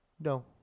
No